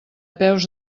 peus